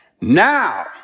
Now